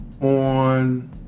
on